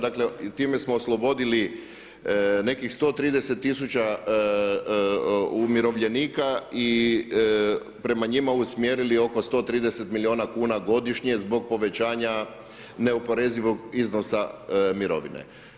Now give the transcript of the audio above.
Dakle time smo oslobodili nekih 130 tisuća umirovljenika i prema njima usmjerili oko 130 milijuna kuna godišnje zbog povećanja neoporezivog iznosa mirovine.